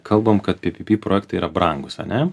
kalbam kad ppp projektai yra brangūs ane